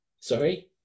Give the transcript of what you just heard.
Sorry